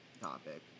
topic